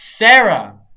Sarah